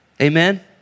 Amen